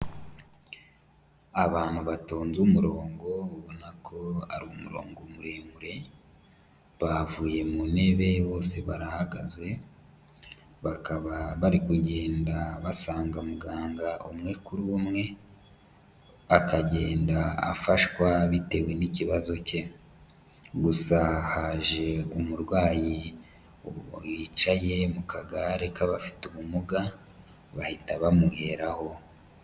Abantu batonze umurongo ubona ko ari umurongo muremure, bavuye mu ntebe bose barahagaze, bakaba bari kugenda basanga muganga umwe kuri umwe, akagenda afashwa bitewe n'ikibazo ke. Gusa haje umurwayi yicaye mu kagare k'abafite ubumuga, bahita bamuheraho.